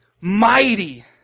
mighty